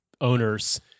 owners